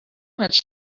much